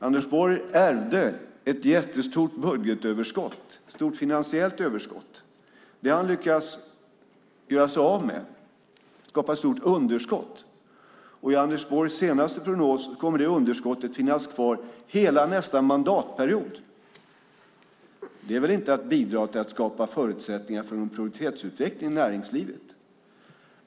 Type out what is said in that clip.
Anders Borg ärvde ett jättestort finansiellt överskott. Det har han lyckats göra sig av med och i stället skapat ett stort underskott. I Anders Borgs senaste prognos kommer det underskottet att finnas kvar hela nästa mandatperiod. Det är väl inte att bidra till att skapa förutsättningar för en produktivitetsutveckling i näringslivet.